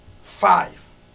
Five